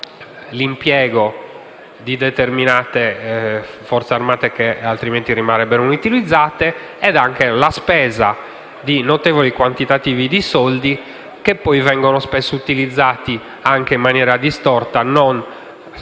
l'impiego di determinate Forze armate che altrimenti rimarrebbero inutilizzate e la spesa di notevoli risorse; soldi che poi vengono spesso utilizzati anche in maniera distorta, non proprio